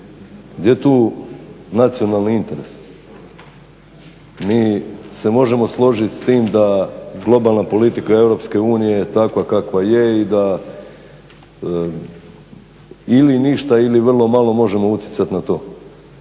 Gdje je tu nacionalni interes? Mi se možemo složit s tim da globalna politika Europske unije je takva kakva je i da ili ništa ili vrlo malo možemo utjecat na to,